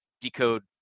decode